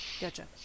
Gotcha